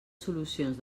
solucions